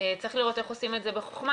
צריך לראות איך עושים את זה בחכמה.